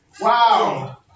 Wow